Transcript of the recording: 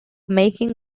making